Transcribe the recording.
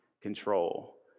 control